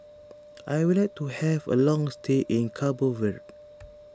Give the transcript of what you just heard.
I would like to have a long stay in Cabo Verde